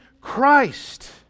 Christ